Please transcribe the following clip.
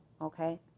Okay